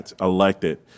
elected